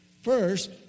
first